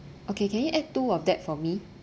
okay can you add two of that for me